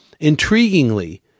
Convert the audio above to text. Intriguingly